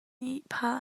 ihphah